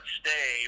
stay